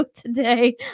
today